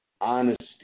honesty